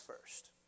first